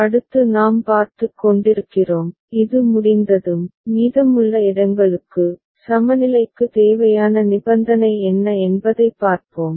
அடுத்து நாம் பார்த்துக் கொண்டிருக்கிறோம் இது முடிந்ததும் மீதமுள்ள இடங்களுக்கு சமநிலைக்கு தேவையான நிபந்தனை என்ன என்பதைப் பார்ப்போம்